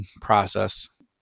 process